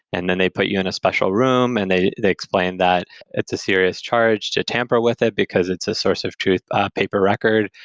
and then they put you in a special room and they they explain that it's a serious charge to tamper with it, because it's a source of truth paper record.